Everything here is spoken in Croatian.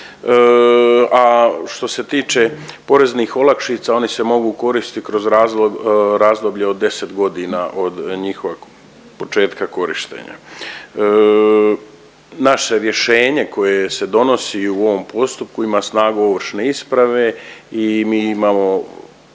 a što se tiče poreznih olakšica, one se mogu koristiti kroz razdoblje od 10 godina od njihovog početka korištenja. Naše rješenje koje se donosi u ovom postupku ima snagu ovršne isprave i mi imamo